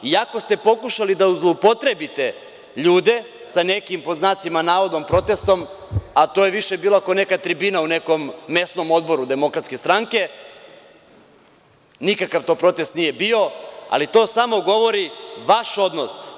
Iako ste pokušali da zloupotrebite ljude sa nekim, pod znacima navoda protestom, a to je više bilo kao neka tribina u nekom mesnom odboru DS, nikakav to protest nije bio, ali to samo govori o vašem odnosu.